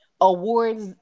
awards